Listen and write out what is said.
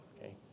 Okay